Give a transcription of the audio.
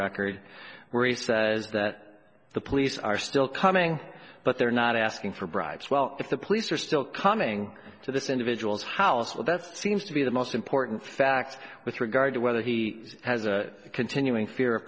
record where he says that the police are still coming but they're not asking for bribes well if the police are still coming to this individual's house well that seems to be the most important fact with regard to whether he has a continuing fear of